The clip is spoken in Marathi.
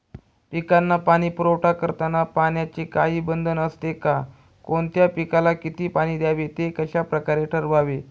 पिकांना पाणी पुरवठा करताना पाण्याचे काही बंधन असते का? कोणत्या पिकाला किती पाणी द्यावे ते कशाप्रकारे ठरवावे?